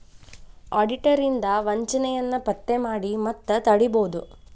auditor ಇಂದಾ ವಂಚನೆಯನ್ನ ಪತ್ತೆ ಮಾಡಿ ಮತ್ತ ತಡಿಬೊದು